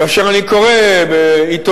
כאשר אני קורא בעיתונים,